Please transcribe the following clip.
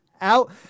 out